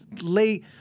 lay